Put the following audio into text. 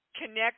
connect